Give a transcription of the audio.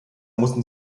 mussten